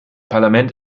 parlament